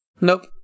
Nope